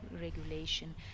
regulation